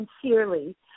sincerely